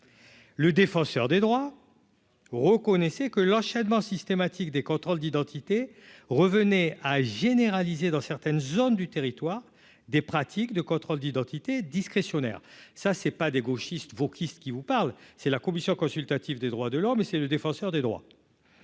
le défenseur des droits, reconnaissez que l'enchaînement systématique des contrôles d'identité revenait à généraliser dans certaines zones du territoire des pratiques de contrôle d'identité discrétionnaire, ça, c'est pas des gauchistes vos qui se qui vous parle, c'est la commission consultative des droits de l'homme, c'est le défenseur des droits,